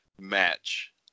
match